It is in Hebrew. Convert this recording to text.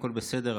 הכול בסדר,